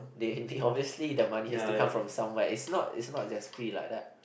they they obviously the money has to come from somewhere it's not it's not just free like that